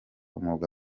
umwuga